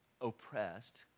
oppressed